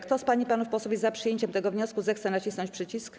Kto z pań i panów posłów jest za przyjęciem tego wniosku, zechce nacisnąć przycisk.